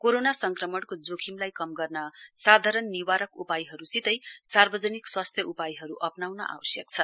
corona संक्रमणको जोखिमलाई कम गर्न साधारण नेवरक उपायहरुसितै सार्वजनिक स्वास्थ्य उपायहरु अप्राउन आवश्यक छ